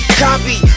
copy